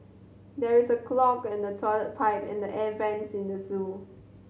there is a clog in the toilet pipe and the air vents in the zoo